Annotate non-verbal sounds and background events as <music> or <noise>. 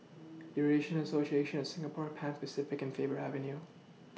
Eurasian Association of Singapore Pan Pacific and Faber Avenue <noise>